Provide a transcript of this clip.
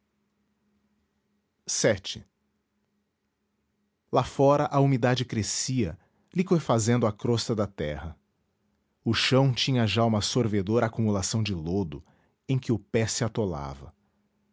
voto lá fora a umidade crescia liqüefazendo a crosta da terra o chão tinha já uma sorvedora acumulação de lodo em que o pé se atolava